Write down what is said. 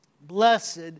Blessed